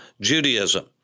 Judaism